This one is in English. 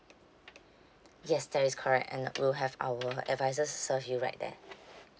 yes that is correct and we'll have our advisors to serve you right there